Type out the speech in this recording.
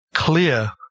clear